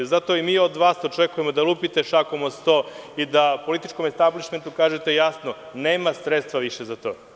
Zato mi od vas očekujemo da lupite šakom od sto i da političkom establišmentu kažete jasno – nema sredstava više za to.